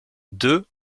deux